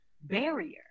barrier